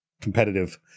competitive